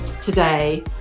today